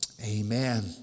Amen